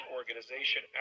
Organization